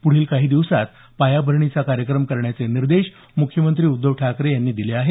पुढील काही दिवसांत पायाभरणीचा कार्यक्रम करण्याचे निर्देश मुख्यमंत्री उद्धव ठाकरे यांनी दिले आहेत